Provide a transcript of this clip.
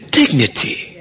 dignity